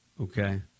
okay